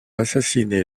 assassiner